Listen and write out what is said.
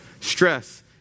Stress